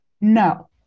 No